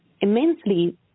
immensely